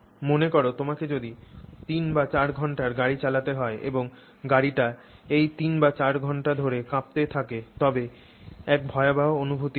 মনে কর তোমাকে যদি 3 বা 4 ঘন্টা গাড়ি চালাতে হয় এবং গাড়িটি এই 3 বা 4 ঘন্টা ধরে কাঁপতে থাকে তবে এক ভয়াবহ অনুভূতি হবে